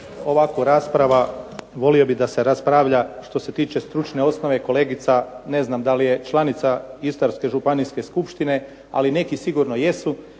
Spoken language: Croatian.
ovako rasprava, volio bih da se raspravlja što se tiče stručne osnove kolegica ne znam da li je članica istarske Županijske skupštine, ali neki sigurno jesu